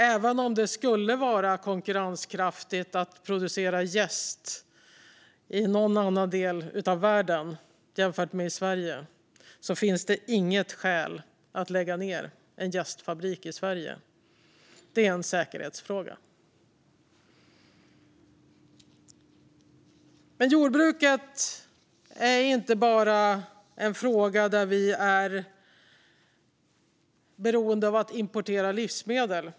Även om det skulle vara konkurrenskraftigt att producera jäst i någon annan del av världen jämfört med i Sverige - med tanke på vad den förra talaren sa - finns det inget skäl att lägga ned en jästfabrik i Sverige. Det är en säkerhetsfråga. Men jordbruket är inte bara en fråga där vi är beroende av att importera livsmedel.